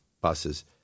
buses